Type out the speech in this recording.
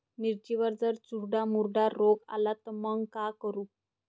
मिर्चीवर जर चुर्डा मुर्डा रोग आला त मंग का करू?